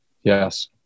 Yes